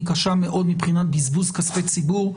היא קשה מאוד מבחינת בזבוז כספי ציבור,